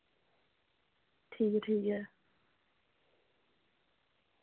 ठीक ऐ ठीक ऐ